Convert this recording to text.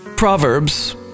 Proverbs